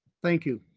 thank you.